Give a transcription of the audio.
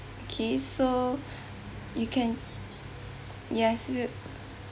okay so you can yes we'll